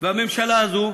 והממשלה הזאת,